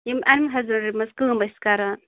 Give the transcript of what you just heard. یِم animal husbandry منٛز کٲم ٲسۍ کَران